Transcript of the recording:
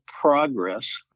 progress